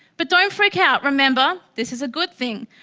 but don't freak out. remember, this is a good thing.